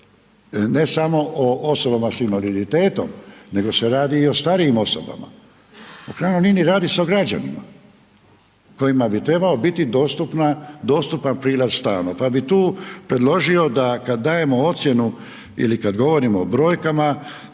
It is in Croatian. ne samo o osobama sa invaliditetom, nego se radi i o starijim osobama. U krajnjoj liniji, radi se o građanima kojima bi trebao biti dostupan prilaz stanu pa bi tu predložio da kad dajemo ocjenu ili kad govorimo o brojkama,